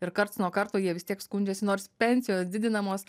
ir karts nuo karto jie vis tiek skundžiasi nors pensijos didinamos